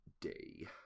day